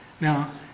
Now